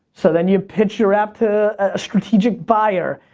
so then you pitch your app to a strategic buyer.